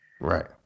Right